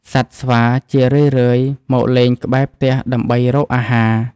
សត្វស្វាជារឿយៗមកលេងក្បែរផ្ទះដើម្បីរកអាហារ។